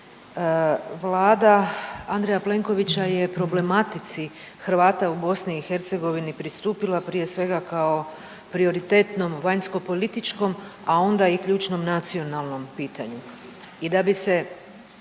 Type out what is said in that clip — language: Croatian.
vlada Andreja Plenkovića je problematici Hrvata u BiH pristupila prije svega kao prioritetnom vanjskopolitičkom, a onda i ključnom nacionalnom pitanju